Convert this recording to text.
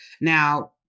now